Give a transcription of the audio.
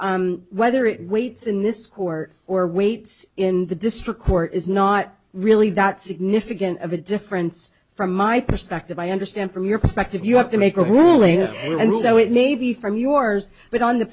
whether it waits in this court or waits in the district court is not really that significant of a difference from my perspective i understand from your perspective you have to make a ruling and so it may be from yours but on the